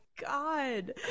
god